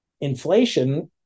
inflation